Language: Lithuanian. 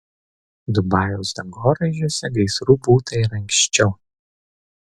dubajaus dangoraižiuose gaisrų būta ir anksčiau